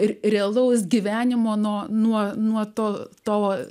ir realaus gyvenimo nuo nuo nuo to tavo